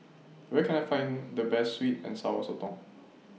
Where Can I Find The Best Sweet and Sour Sotong